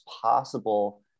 possible